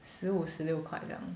十五十六块这样